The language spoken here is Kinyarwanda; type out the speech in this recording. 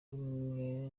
rumwe